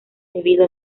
debido